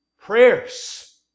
prayers